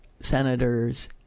senators